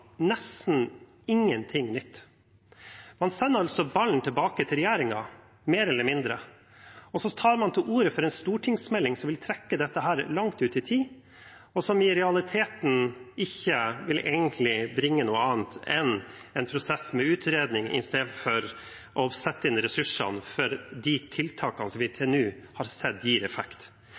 nesten ingenting nytt. Man sender ballen tilbake til regjeringen – mer eller mindre. Så tar man til orde for en stortingsmelding som vil trekke dette langt ut i tid, og som i realiteten egentlig ikke vil bringe noe annet enn en prosess med utredning, istedenfor å sette inn ressursene i de tiltakene som vi til nå har sett gir effekt.